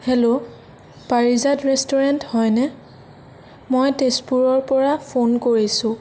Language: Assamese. হেল্ল' পাৰিজাত ৰেষ্টোৰেণ্ট হয়নে মই তেজপুৰৰ পৰা ফোন কৰিছোঁ